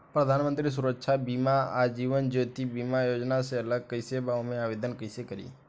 प्रधानमंत्री सुरक्षा बीमा आ जीवन ज्योति बीमा योजना से अलग कईसे बा ओमे आवदेन कईसे करी?